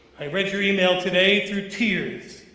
i read your email today through tears.